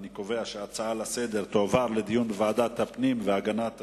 אני קובע שההצעות לסדר-היום תועברנה לדיון בוועדת הפנים והגנת הסביבה.